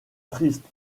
triste